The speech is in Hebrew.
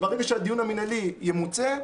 ברגע שהדיון המנהלי ימוצה,